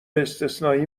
استثنایی